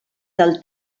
del